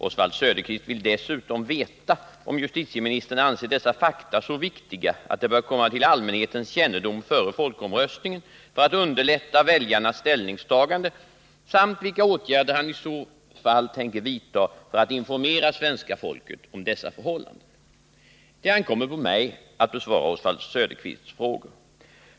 Oswald Söderqvist vill dessutom veta om justitieministern anser dessa fakta så viktiga att de bör komma till allmänhetens kännedom före folkomröstningen för att underlätta väljarnas ställningstagande samt vilka åtgärder han i så fall tänker vidta för att informera svenska folket om dessa förhållanden. Det ankommer på mig att besvara Oswald Söderqvists frågor.